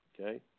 Okay